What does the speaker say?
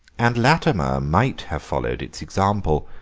and latimer might have followed its example,